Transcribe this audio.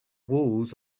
walls